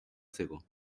seco